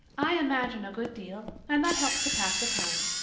i imagine a good deal, and that helps to pass the time.